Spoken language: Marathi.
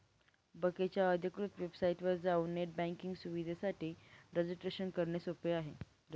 बकेच्या अधिकृत वेबसाइटवर जाऊन नेट बँकिंग सुविधेसाठी रजिस्ट्रेशन करणे सोपे आहे